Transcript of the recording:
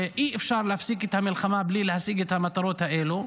ואי-אפשר להפסיק את המלחמה בלי להשיג את המטרות האלה.